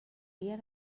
via